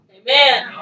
Amen